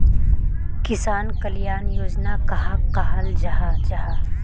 किसान कल्याण योजना कहाक कहाल जाहा जाहा?